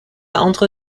entre